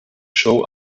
show